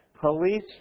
Police